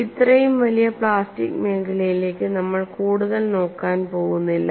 ഇത്രയും വലിയ പ്ലാസ്റ്റിക് മേഖലയിലേക്ക് നമ്മൾ കൂടുതൽ നോക്കാൻ പോകുന്നില്ല